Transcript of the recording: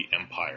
empire